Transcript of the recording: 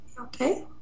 Okay